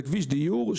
זה כביש דיור,